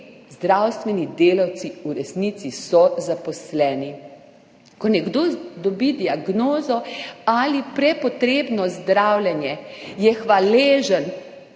zdravstveni delavci v resnici so zaposleni. Ko nekdo dobi diagnozo ali prepotrebno zdravljenje je hvaležen